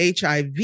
HIV